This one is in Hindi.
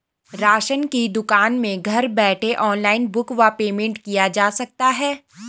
राशन की दुकान में घर बैठे ऑनलाइन बुक व पेमेंट किया जा सकता है?